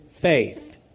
faith